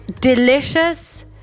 delicious